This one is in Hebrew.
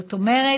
זאת אומרת,